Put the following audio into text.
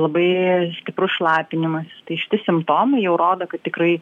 labai stiprus šlapinimasis tai šiti simptomai jau rodo kad tikrai